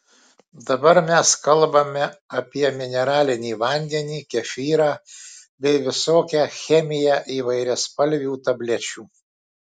dabar mes kalbame apie mineralinį vandenį kefyrą bei visokią chemiją įvairiaspalvių tablečių